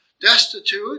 destitute